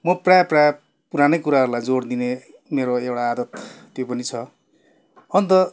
म प्रायः प्रायः पुरानै कुराहरूलाई जोड दिने मेरो एउटा आदत त्यो पनि छ अन्त